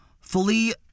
fully